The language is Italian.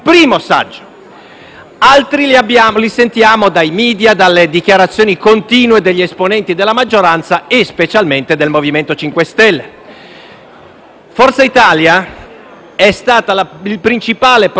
Altri li sentiamo dai *media* e dalle dichiarazioni continue degli esponenti della maggioranza e specialmente del MoVimento 5 Stelle. Forza Italia è stato il principale protagonista,